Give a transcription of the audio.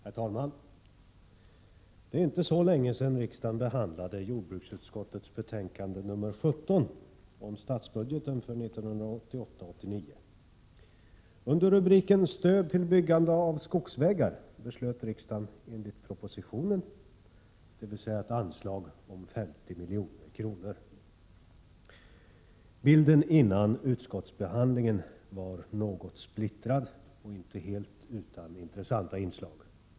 Herr talman! Det är inte så länge sedan riksdagen behandlade jordbruksutskottets betänkande nr 17 om statsbudgeten för 1988/89. Under rubriken ”Stöd till byggande av skogsvägar” beslöt riksdagen enligt propositionen, dvs. ett anslag om 50 milj.kr. Bilden innan ärendet utskottsbehandlades var något splittrad och inte helt utan intressanta inslag.